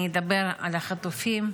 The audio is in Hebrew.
אני אדבר על החטופים.